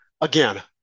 Again